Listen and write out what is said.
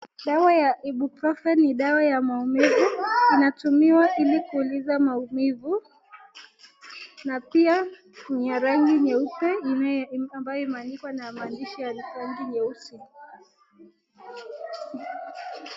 Dawa ya Ibuprofen ni dawa ya maumivu, inatumiwa ili kutuliza maumivu na pia ni ya rangi nyeupe ambayo imeandikwa na maandishi ya rangi nyeusi.